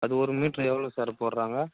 அது ஒரு மீட்ரு எவ்வளோ சார் போடுறாங்க